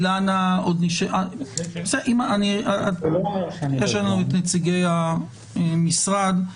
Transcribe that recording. יש פה את נציגי המשרד,